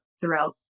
throughout